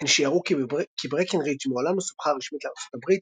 הן שיערו כי ברקנרידג' מעולם לא סופחה רשמית לארצות הברית,